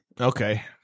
Okay